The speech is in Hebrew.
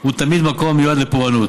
הוא תמיד מקום המועד לפורענות,